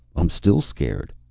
i'm still scared.